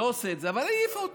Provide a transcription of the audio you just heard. לא עושה את זה, אבל היא העיפה אותו.